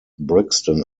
brixton